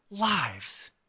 lives